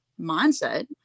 mindset